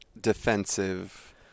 defensive